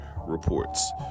reports